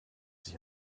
sich